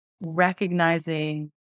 recognizing